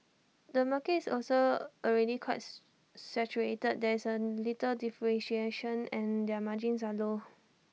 the market is also already quite saturated there is A little differentiation and margins are low